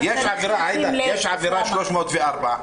יש עבירה 304,